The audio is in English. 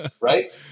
right